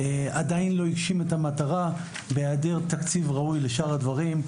עדיין לא הגשים את המטרה בהיעדר תקציב ראוי לשאר הדברים,